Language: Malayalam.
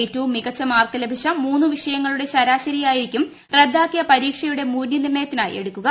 ഏറ്റവും മികച്ച മാർക്ക് ലഭിച്ച മൂന്നു വിഷയങ്ങളുടെ ശരാശരി ആയിരിക്കും റദ്ദാക്കിയ പരീക്ഷകളുടെ മൂല്യനിർണയത്തിനായി എടുക്കുക